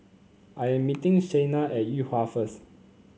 I'm meeting Shayna at Yuhua first